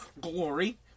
glory